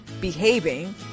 behaving